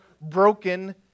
broken